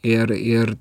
ir ir